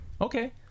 Okay